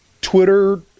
Twitter